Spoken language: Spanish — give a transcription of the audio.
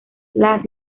las